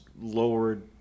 lowered